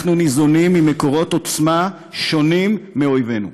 אנחנו ניזונים ממקורות עוצמה שונים משל אויבינו.